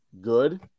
good